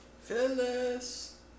Phyllis